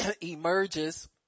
Emerges